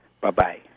Bye-bye